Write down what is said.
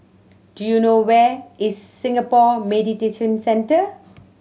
do you know where is Singapore Mediation Centre